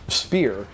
spear